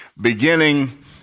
beginning